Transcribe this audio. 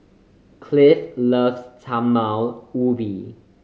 Cliff loves Talam Ubi